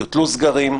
יוטלו סגרים,